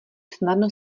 snadno